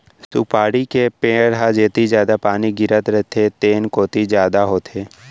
सुपारी के पेड़ ह जेती जादा पानी गिरत रथे तेन कोती जादा होथे